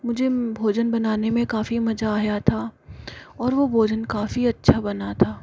मुझे भोजन बनाने में काफी मज़ा आया था और वह भोजन काफी अच्छा बना था